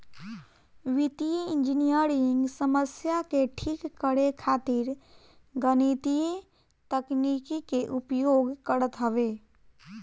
वित्तीय इंजनियरिंग समस्या के ठीक करे खातिर गणितीय तकनीकी के उपयोग करत हवे